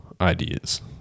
ideas